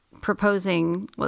proposing